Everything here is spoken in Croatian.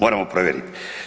Moramo provjeriti.